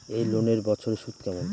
এই লোনের বছরে সুদ কেমন?